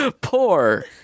poor